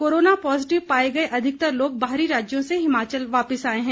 corona positive पाए गए अधिकतर लोग बाहरी राज्यों से हिमाचल वापस लौटे हैं